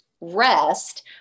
rest